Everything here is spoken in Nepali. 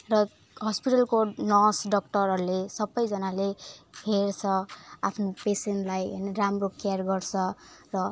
र हस्पिटलको नर्स डक्टरहरूले सबैजनाले हेर्छ आफ्नो पेसेन्टलाई अनि राम्रो केयर गर्छ र